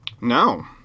No